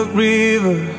river